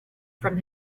from